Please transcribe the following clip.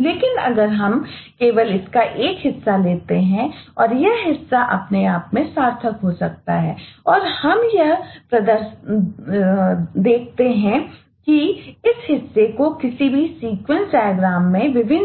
लेकिन अगर हम इसका केवल एक हिस्सा लेते हैं और यह हिस्सा अपने आप में सार्थक हो सकता है और हम यह देखते हैं इस हिस्से को किसी भी सीक्वेंस डायग्राम कर